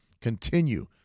Continue